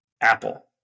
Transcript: Apple